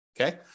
Okay